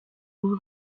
bw’u